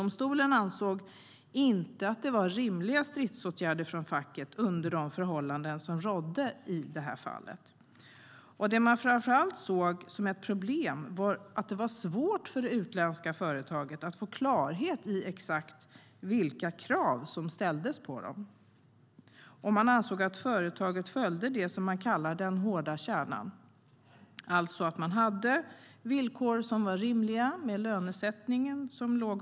Man ansåg inte att det var rimliga stridsåtgärder från facket under de förhållanden som rådde i det här fallet. Det man framför allt såg som ett problem var att det var svårt för det utländska företaget att få klarhet i exakt vilka krav som ställdes på dem. Man ansåg även att företaget följde det man kallar den hårda kärnan, alltså att villkoren när det gäller lönesättningen var rimliga.